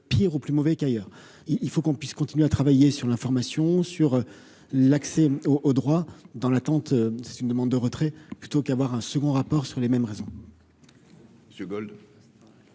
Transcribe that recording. pire au plus mauvais qu'ailleurs, il faut qu'on puisse continuer à travailler sur l'information sur l'accès au droit, dans l'attente, c'est une demande de retrait plutôt qu'avoir un second rapport sur les mêmes raisons.